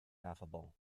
affable